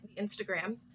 Instagram